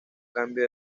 cambio